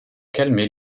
calmer